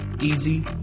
easy